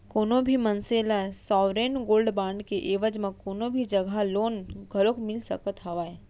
कोनो भी मनसे ल सॉवरेन गोल्ड बांड के एवज म कोनो भी जघा लोन घलोक मिल सकत हावय